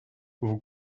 vous